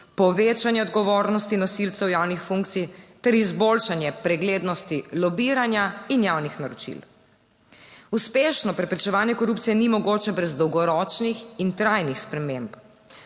povečanje odgovornosti nosilcev javnih funkcij ter izboljšanje preglednosti lobiranja in javnih naročil. Uspešno preprečevanje korupcije ni mogoče brez dolgoročnih in trajnih sprememb,